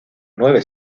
nueve